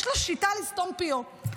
יש לה שיטה לסתום פיות.